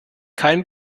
kein